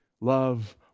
Love